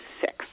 six